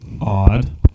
Odd